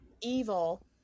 evil